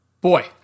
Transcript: Boy